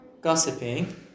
gossiping